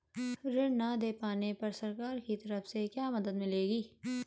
ऋण न दें पाने पर सरकार की तरफ से क्या मदद मिलेगी?